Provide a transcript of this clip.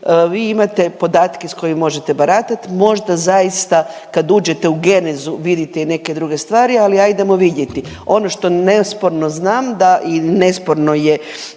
vi imate podatke s kojim možete baratat, možda zaista kad uđete u genezu vidite i neke druge stvari, ali ajdemo vidjeti, ono što neosporno znam da i nesporno je